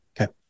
Okay